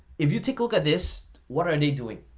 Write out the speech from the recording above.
if you take a look at this, what are they doing?